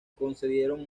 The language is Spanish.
concedieron